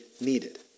needed